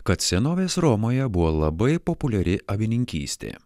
kad senovės romoje buvo labai populiari avininkystė